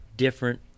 different